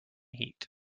heat